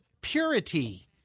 purity